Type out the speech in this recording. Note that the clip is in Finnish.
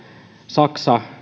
saksa